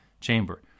chamber